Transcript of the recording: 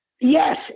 yes